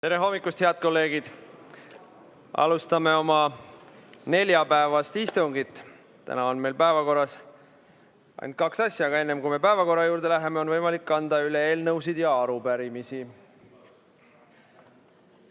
Tere hommikust, head kolleegid! Alustame oma neljapäevast istungit. Täna on meil päevakorras ainult kaks asja, aga enne kui me päevakorra juurde läheme, on võimalik anda üle eelnõusid ja arupärimisi.